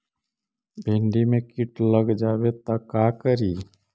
भिन्डी मे किट लग जाबे त का करि?